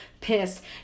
pissed